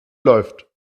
läuft